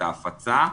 את ההפצה,